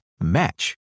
match